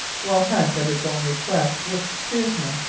while hunt, at his own request, was steersman.